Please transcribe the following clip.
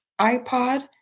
iPod